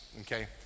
okay